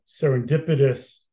serendipitous